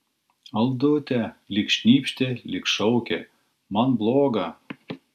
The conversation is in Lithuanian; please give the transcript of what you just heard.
aldute lyg šnypštė lyg šaukė man bloga